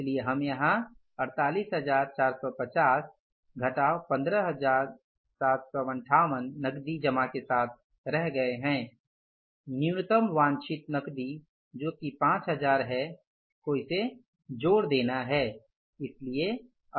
इसलिए हम यहाँ 48450 घटाव 15758 नकदी जमा के साथ रह गए हैं न्यूनतम वांछित नकदी जो कि 5000 है को इसे जोड़ देना है